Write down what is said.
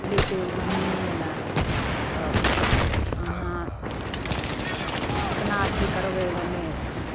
लेके घूमै लए तऽ अहाँ कितना अथि करबै कने